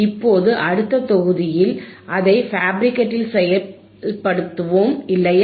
இப்போது அடுத்த தொகுதியில் அதை ப்ரெட்போர்டில் செயல்படுத்துவோம் இல்லையா